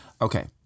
okay